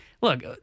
Look